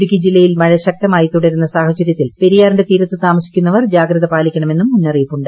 ഇടുക്കി ജില്ലയിൽ മഴ ശക്തമായ മഴ തുടരുന്ന സാഹചര്യത്തിൽ പെരിയാറിന്റെ തീരത്ത് താമസിക്കുന്നവർ ജറ്റ്യൂതിപാലിക്കണമെന്നും മുന്നറിയിപ്പുണ്ട്